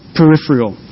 peripheral